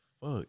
Fuck